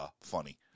funny